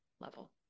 level